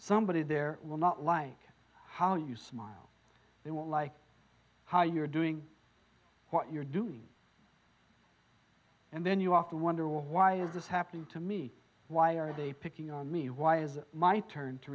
somebody there will not like how you smile they won't like how you're doing what you're doing and then you often wonder why is this happening to me why are they picking on me why is it my turn to